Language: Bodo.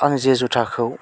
आं जे जुथाखौ